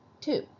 Two